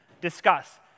discuss